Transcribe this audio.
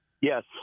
Yes